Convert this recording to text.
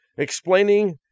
explaining